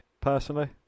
personally